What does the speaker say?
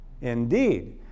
Indeed